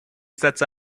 sets